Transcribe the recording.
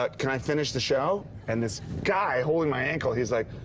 but can i finish the show. and this guy holding my ankle is like,